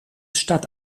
stadt